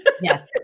Yes